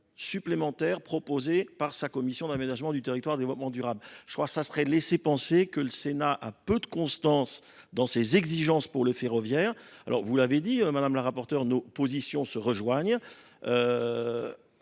supplémentaires proposés par sa commission de l’aménagement du territoire et du développement durable ? Ce serait laisser penser que le Sénat manque de constance dans ses exigences pour le ferroviaire. Vous l’avez dit, madame la rapporteure, nos positions se rejoignent.